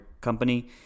company